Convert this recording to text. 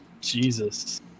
Jesus